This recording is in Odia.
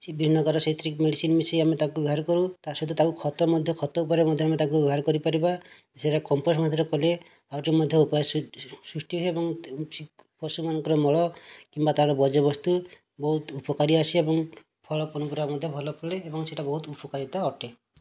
ସେ ବିଭିନ୍ନ ପ୍ରକାର ସେଥିରେ ମେଡ଼ିସିନ ମିଶାଇ ଆମେ ତାକୁ ବ୍ୟବହାର କରୁ ତା ସହିତ ତାକୁ ଖତ ମଧ୍ୟ ଖତ ରୂପରେ ମଧ୍ୟ ଆମେ ତାକୁ ବ୍ୟବହାର କରିପାରିବା ସେଇଟା କମ୍ପୋଷ୍ଟ ମାଧ୍ୟମରେ କଲେ ଆହୁରି ମଧ୍ୟ ଉପାୟ ସୃଷ୍ଟି ହୁଏ ଏବଂ ପଶୁମାନଙ୍କର ମଳ କିମ୍ବା ତାର ବର୍ଜ୍ୟବସ୍ତୁ ବହୁତ ଉପକାରୀ ଅଛି ଏବଂ ଫଳ ପନିପରିବା ମଧ୍ୟ ଭଲ ଫଳେ ଏବଂ ସେହିଟା ବହୁତ ଉପକାରିତା ଅଟେ